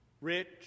rich